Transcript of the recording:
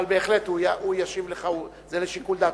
אבל בהחלט הוא ישיב לך, זה לשיקול דעתו.